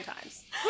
times